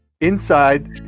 inside